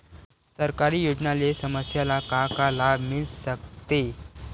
सरकारी योजना ले समस्या ल का का लाभ मिल सकते?